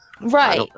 right